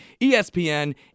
ESPN